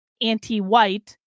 anti-white